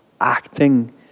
acting